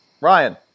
Ryan